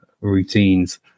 routines